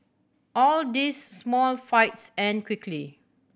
all these small fights end quickly